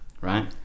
right